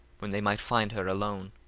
when they might find her alone.